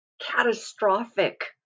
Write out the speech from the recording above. catastrophic